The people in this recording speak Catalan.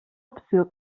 opció